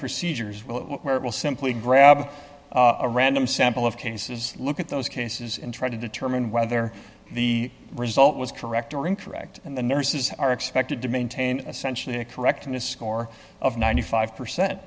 it will simply grab a random sample of cases look at those cases and try to determine whether the result was correct or incorrect and the nurses are expected to maintain essentially a correctness score of ninety five percent